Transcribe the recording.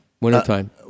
Wintertime